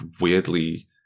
weirdly